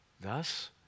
Thus